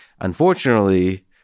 Unfortunately